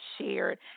shared